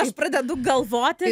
aš pradedu galvoti